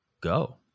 go